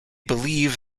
believe